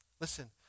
listen